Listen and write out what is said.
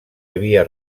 havia